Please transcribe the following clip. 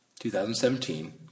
2017